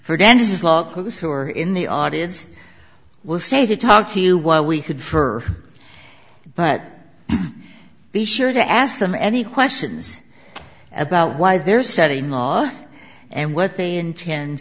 are in the audience will say to talk to you while we could for but be sure to ask them any questions about why they're setting laws and what they intend